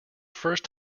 first